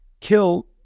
kill